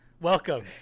welcome